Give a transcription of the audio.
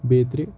بیترِ